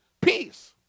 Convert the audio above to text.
peace